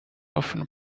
often